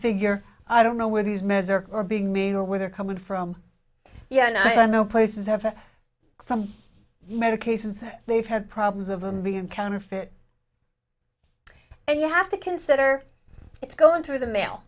figure i don't know where these meds are are being mean or where they're coming from yeah and i know places have some medications that they've had problems of i'm being counterfeit and you have to consider it's going through the mail